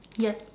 yes